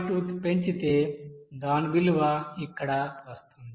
2 కి పెంచితే దాని విలువ ఇక్కడ వస్తుంది